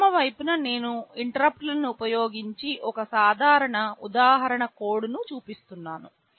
ఎడమ వైపున నేను ఇంటరుప్పుట్లనులను ఉపయోగించి ఒక సాధారణ ఉదాహరణ కోడ్ను చూపిస్తున్నాను